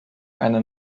eine